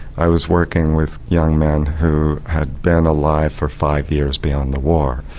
i was working with young men who had been alive for five years beyond the war.